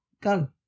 go